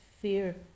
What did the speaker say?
fear